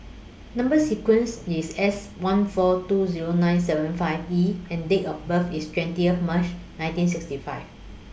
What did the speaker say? Number sequence IS S one four two Zero nine seven five E and Date of birth IS twentieth March nineteen sixty five